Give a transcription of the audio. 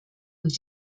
und